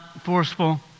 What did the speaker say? forceful